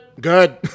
good